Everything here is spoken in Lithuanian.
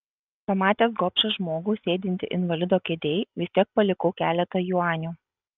pamatęs gobšą žmogų sėdintį invalido kėdėj vis tiek palikau keletą juanių